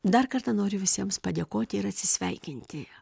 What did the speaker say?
dar kartą noriu visiems padėkoti ir atsisveikinti